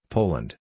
Poland